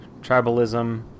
tribalism